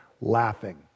laughing